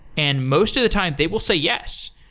and most of the time, they will say yes.